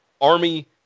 Army